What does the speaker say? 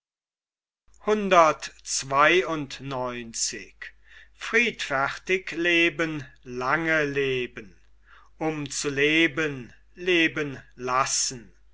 um zu leben leben